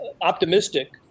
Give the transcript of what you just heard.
optimistic